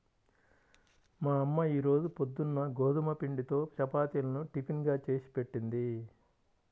మా అమ్మ ఈ రోజు పొద్దున్న గోధుమ పిండితో చపాతీలను టిఫిన్ గా చేసిపెట్టింది